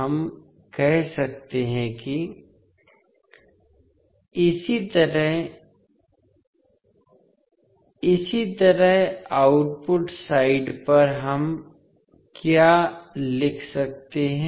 हम कह सकते हैं कि इसी तरह इसी तरह आउटपुट साइड पर हम क्या लिख सकते हैं